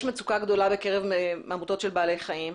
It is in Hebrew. מצוקה גדולה בקרב עמותות של בעלי חיים,